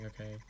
okay